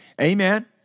Amen